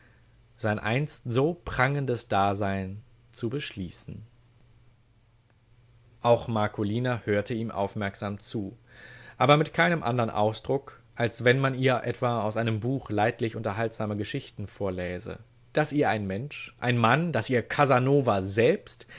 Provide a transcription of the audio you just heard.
sein einst so prangendes dasein zu beschließen auch marcolina hörte ihm aufmerksam zu aber mit keinem andern ausdruck als wenn man ihr etwa aus einem buch leidlich unterhaltsam geschichten vorläse daß ihr ein mensch ein mann daß ihr casanova selbst